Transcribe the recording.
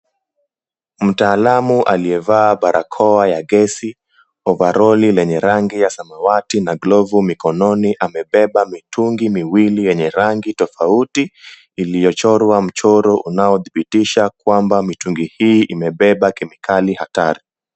Mtaalamu aliyevaa barakoa ya gesi ,overoli lenye rangi ya samawati na glovu mikononi amebeba mitungi miwili yenye rangi tofauti iliyochorwa mchoro unaothibitisha kwamba mitungi hi imebeba kemikali hatari.